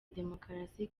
demokarasi